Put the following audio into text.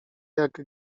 jak